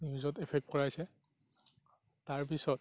নিউজত এফেক্ট কৰাইছে তাৰ পিছত